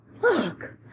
Look